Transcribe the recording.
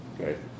Okay